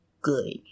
good